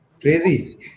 Crazy